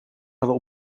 hadden